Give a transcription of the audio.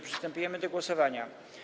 Przystępujemy do głosowania.